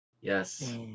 Yes